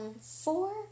four